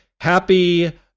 happy